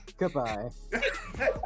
Goodbye